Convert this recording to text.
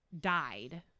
died